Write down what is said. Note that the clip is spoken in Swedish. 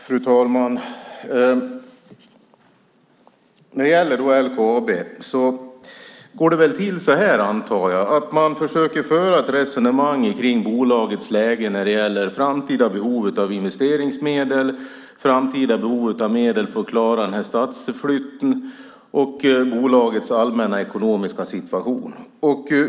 Fru talman! När det gäller LKAB antar jag att det går till så här: Man försöker föra ett resonemang om bolagets läge när det gäller framtida behov av investeringsmedel, framtida behov av medel för att klara stadsflytten och bolagets allmänna ekonomiska situation.